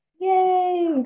Yay